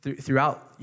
throughout